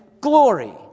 glory